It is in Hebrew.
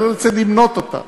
אני רוצה למנות אותם: